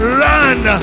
run